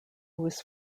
was